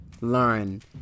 learn